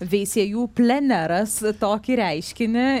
veisiejų pleneras tokį reiškinį